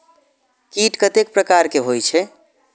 कीट कतेक प्रकार के होई छै?